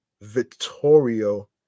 Vittorio